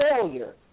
failure